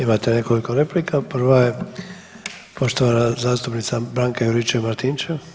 Imate nekoliko replika, prva je poštovana zastupnica Branka Juričev Martinčev.